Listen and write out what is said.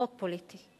חוק פוליטי,